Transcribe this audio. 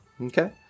Okay